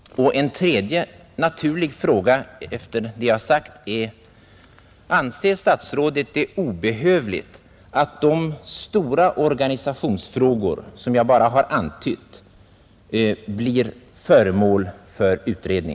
En tredje naturlig fråga efter det jag sagt är: Anser statsrådet det obehövligt att de stora organisationsfrågor som jag här bara har antytt blir föremål för utredning?